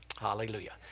Hallelujah